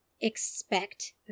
expect